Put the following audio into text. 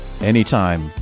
anytime